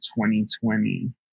2020